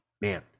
man